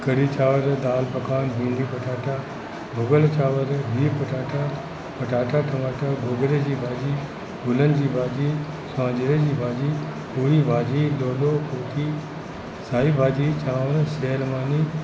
कढ़ी चांवरु दालि पकवान बिहु पटाटा भुॻल चांवरु बिहु पटाटा पटाटा टमाटा गोगिड़े जी भाॼी गुलनि जी भाॼी स्वांजरे जी भाॼी पूरी भाॼी ढोढो कोकी साई भाॼी चांवर सेअल मानी